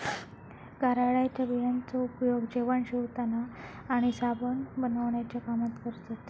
कारळ्याच्या बियांचो उपयोग जेवण शिवताना आणि साबण बनवण्याच्या कामात करतत